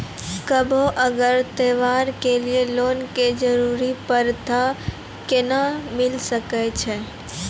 कभो अगर त्योहार के लिए लोन के जरूरत परतै तऽ केना मिल सकै छै?